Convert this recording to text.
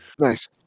Nice